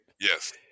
Yes